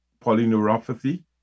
polyneuropathy